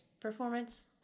performance